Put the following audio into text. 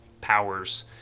powers